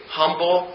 humble